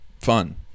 fun